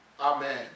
Amen